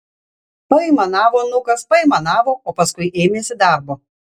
paaimanavo nukas paaimanavo o paskui ėmėsi darbo